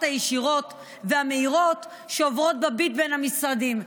הישירות והמהירות שעוברות בביט בין המשרדים.